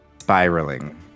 spiraling